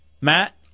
Matt